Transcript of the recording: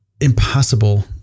impossible